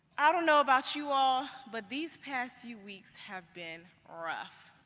i don't know about you all, but these past few weeks have been rough.